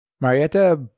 Marietta